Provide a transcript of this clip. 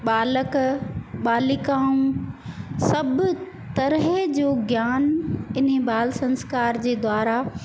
बालक बालिकाऊं सभ तरह जो ज्ञानु इन र्र बाल संस्कार जे द्वारा